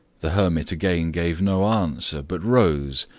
the hermit again gave no answer, but rose,